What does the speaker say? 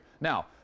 Now